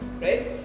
right